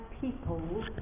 people